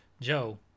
Joe